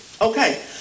Okay